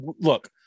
look